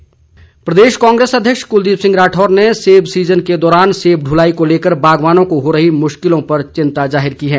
कुलदीप राठौर प्रदेश कांग्रेस अध्यक्ष कुलदीप सिंह राठौर ने सेब सीज़न के दौरान सेब ढुलाई को लेकर बागवानों को हो रही मुश्किलों पर चिंता जाहिर की है